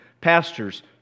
Pastors